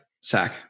Sack